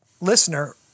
listener